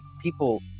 people